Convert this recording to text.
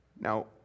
Now